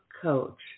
Coach